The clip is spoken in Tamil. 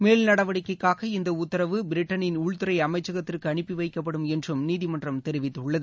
மேல்நடவடிக்கைக்காக இந்த உத்தரவு பிரிட்டனின் உள்துறை அமைச்சகத்திற்கு அனுப்பி வைக்கப்படும் என்று நீதிமன்றம் தெரிவித்துள்ளது